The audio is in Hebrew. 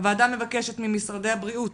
הוועדה מבקשת ממשרדי הבריאות,